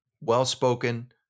well-spoken